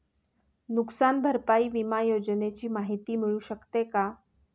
नुकसान भरपाई विमा योजनेची माहिती मिळू शकते का?